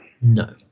no